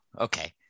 Okay